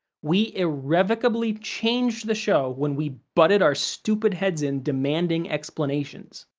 we irrevocably changed the show when we butted our stupid heads in demanding explanations.